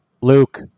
luke